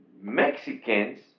Mexicans